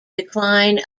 decline